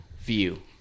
view